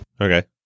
Okay